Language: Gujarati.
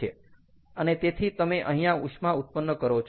અને તેથી તમે અહીંયા ઉષ્મા ઉત્પન્ન કરો છો